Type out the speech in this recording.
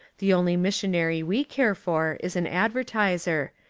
the only missionary we care for is an advertiser,